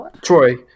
Troy